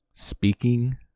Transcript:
Speaking